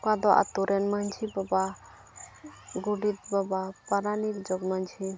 ᱚᱠᱟ ᱫᱚ ᱟᱹᱛᱩᱨᱮᱱ ᱢᱟᱺᱡᱷᱤ ᱵᱟᱵᱟ ᱜᱚᱰᱮᱛ ᱵᱟᱵᱟ ᱯᱟᱨᱟᱱᱤᱠ ᱡᱚᱜᱽ ᱢᱟᱺᱡᱷᱤ